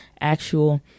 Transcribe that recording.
actual